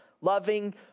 loving